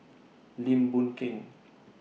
Lim Boon Keng